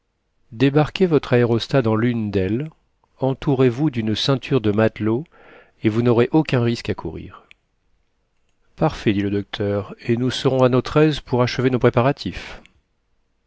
débarquez votre aérostat dans lune d'elles entourez vous d'une ceinture de matelots et vous n'aurez aucun risque à courir parfait dit le docteur et nous serons à notre aise pour achever nos préparatifs